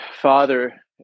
Father